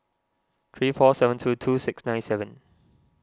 three four seven two two six nine seven